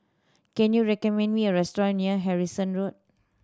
can you recommend me a restaurant near Harrison Road